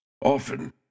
Often